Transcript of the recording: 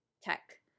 tech